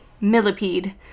Millipede